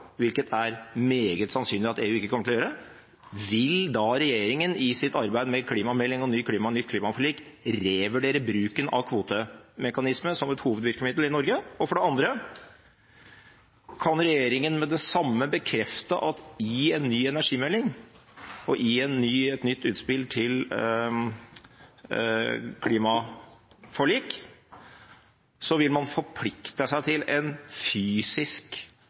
hvilket er meget sannsynlig at EU ikke kommer til å gjøre: Vil da regjeringen i sitt arbeid med klimameldingen og nytt klimaforlik revurdere bruken av kvotemekanismer som et hovedvirkemiddel i Norge? Det andre spørsmålet er: Kan regjeringen med det samme bekrefte at man i en ny energimelding og i et nytt utspill til klimaforlik vil forplikte seg til en fysisk